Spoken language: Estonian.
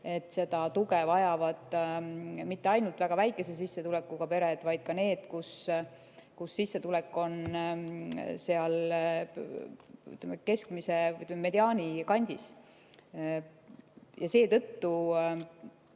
et seda tuge vajavad mitte ainult väga väikese sissetulekuga pered, vaid ka need, kelle sissetulek on keskmise, mediaani kandis. Seetõttu